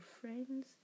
friends